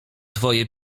twoje